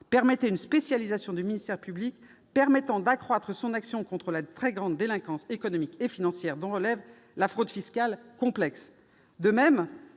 possible « une spécialisation du ministère public permettant d'accroître son action contre la très grande délinquance économique et financière, dont relève la fraude fiscale complexe ». De même,